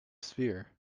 sphere